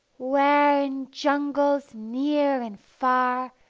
where in jungles near and far,